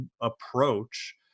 approach